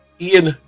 Ian